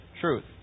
truth